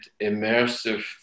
immersive